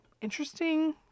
interesting